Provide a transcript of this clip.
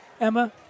Emma